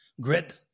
grit